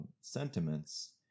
sentiments